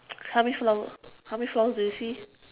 how many flower how many flowers do you see